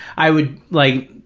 i would like,